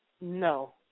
No